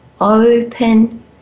open